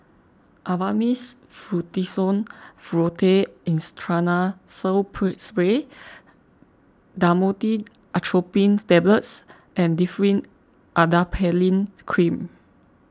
Avamys Fluticasone Furoate Intranasal Spray Dhamotil Atropine Tablets and Differin Adapalene Cream